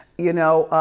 you know,